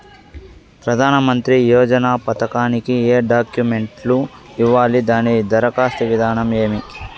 ప్రధానమంత్రి యోజన పథకానికి ఏ డాక్యుమెంట్లు ఇవ్వాలి దాని దరఖాస్తు విధానం ఏమి